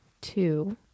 two